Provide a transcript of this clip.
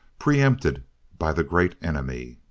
pre-empted by the great enemy!